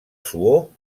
suor